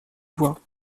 bois